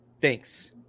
thanks